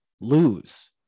lose